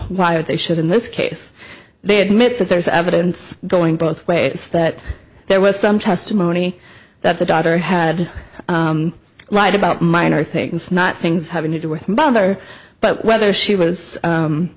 are they should in this case they admit that there is evidence going both ways that there was some testimony that the daughter had lied about minor things not things having to do with mother but whether she was